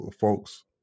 folks